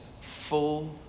full